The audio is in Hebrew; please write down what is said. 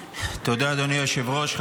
תודה, אדוני היושב-ראש.